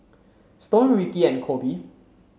Stone Ricky and Koby